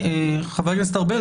חבר הכנסת ארבל,